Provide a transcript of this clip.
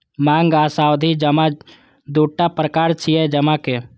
मांग आ सावधि जमा दूटा प्रकार छियै जमा के